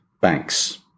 banks